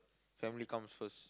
family comes first